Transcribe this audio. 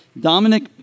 Dominic